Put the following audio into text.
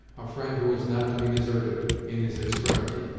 a friend who was not to be deserted in his extremity.